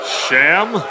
sham